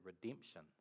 redemption